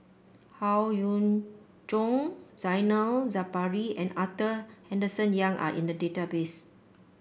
Howe Yoon Chong Zainal Sapari and Arthur Henderson Young are in the database